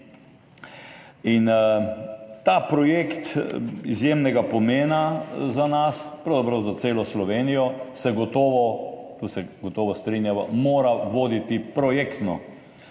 Ta projekt, izjemnega pomena za nas, pravzaprav za celo Slovenijo, se gotovo, tu se gotovo strinjava, mora voditi projektno.